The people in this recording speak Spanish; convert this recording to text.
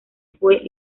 fue